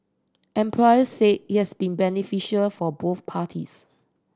employers said it has been beneficial for both parties